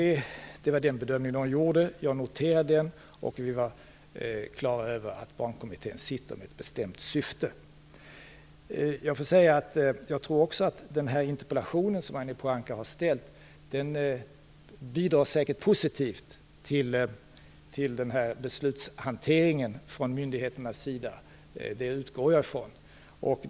Det var den bedömning de gjorde. Jag noterade den, och vi var på det klara med att Barnkommittén tillsatts i ett bestämt syfte. Jag får säga att den interpellation som Ragnhild Pohanka har ställt säkert bidrar positivt till beslutshanteringen från myndigheternas sida. Det utgår jag från.